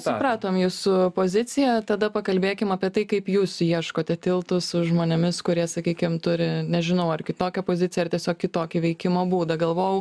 supratom jūsų poziciją tada pakalbėkim apie tai kaip jūs ieškote tiltų su žmonėmis kurie sakykim turi nežinau ar kitokią poziciją ar tiesiog kitokį veikimo būdą galvojau